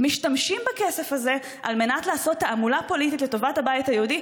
ומשתמשים בכסף הזה על מנת לעשות תעמולה פוליטית לטובת הבית היהודי,